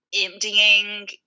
emptying